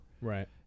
right